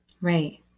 Right